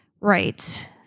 Right